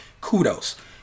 Kudos